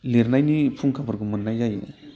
लिरनायनि फुंखाफोरखौ मोननाय जायो